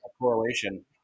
correlation